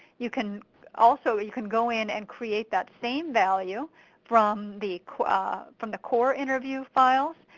you can also you can go in and create that same value from the from the core interview files.